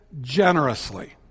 generously